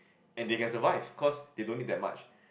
and they can survive cause they don't need that much